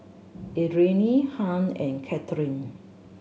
Adrienne Hunt and Kathyrn